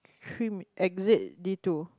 three exit D two